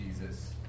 Jesus